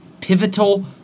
pivotal